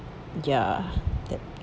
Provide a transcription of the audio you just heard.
ya that